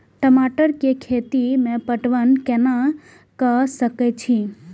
टमाटर कै खैती में पटवन कैना क सके छी?